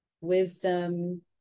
wisdom